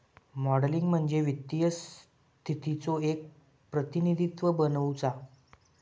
modelling म्हणजे वित्तीय स्थितीचो एक प्रतिनिधित्व बनवुचा